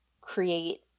create